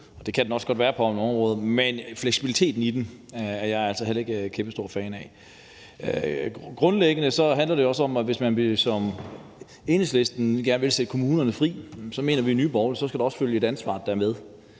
det kan den også godt være på nogle områder, men fleksibiliteten i den er jeg altså heller ikke kæmpestor fan af. Grundlæggende handler det også om, at hvis man som Enhedslisten gerne vil sætte kommunerne fri, så mener vi i Nye Borgerlige, at der også skal følge et ansvar med.